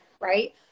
right